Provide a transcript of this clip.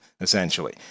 essentially